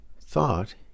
thought